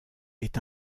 est